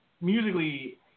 musically